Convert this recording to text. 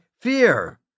fear